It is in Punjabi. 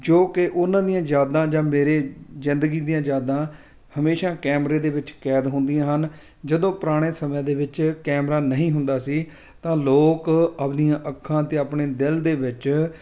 ਜੋ ਕਿ ਉਹਨਾਂ ਦੀਆਂ ਯਾਦਾਂ ਜਾਂ ਮੇਰੇ ਜ਼ਿੰਦਗੀ ਦੀਆਂ ਯਾਦਾਂ ਹਮੇਸ਼ਾ ਕੈਮਰੇ ਦੇ ਵਿੱਚ ਕੈਦ ਹੁੰਦੀਆਂ ਹਨ ਜਦੋਂ ਪੁਰਾਣੇ ਸਮੇਂ ਦੇ ਵਿੱਚ ਕੈਮਰਾ ਨਹੀਂ ਹੁੰਦਾ ਸੀ ਤਾਂ ਲੋਕ ਆਪਦੀਆਂ ਅੱਖਾਂ 'ਤੇ ਆਪਣੇ ਦਿਲ ਦੇ ਵਿੱਚ